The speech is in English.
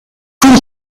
two